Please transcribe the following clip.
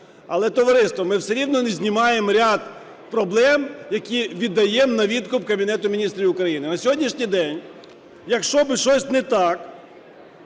але, товариство, ми все рівно, не знімаємо ряд проблем, які віддаємо на відкуп Кабінету Міністрів України. На сьогоднішній день, якщо би щось не так